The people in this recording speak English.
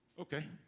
Okay